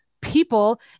people